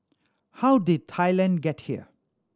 how did Thailand get here